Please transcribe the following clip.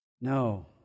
No